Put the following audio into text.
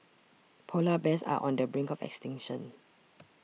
Polar Bears are on the brink of extinction